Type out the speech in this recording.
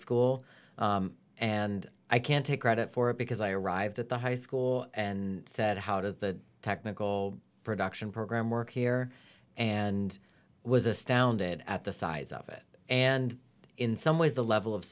school and i can't take credit for it because i arrived at the high school and said how does the technical production program work here and was astounded at the size of it and in some ways the level of